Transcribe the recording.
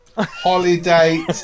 Holiday